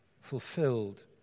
fulfilled